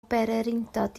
bererindod